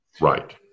Right